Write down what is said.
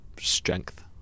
strength